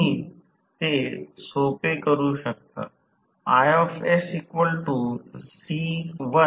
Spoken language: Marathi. आकृतीमध्ये सुरुवातीचे टॉर्क हे जास्तीतजास्त टॉर्क किंवा ब्रेकडाऊन टॉर्क पेक्षा कमी असते